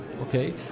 okay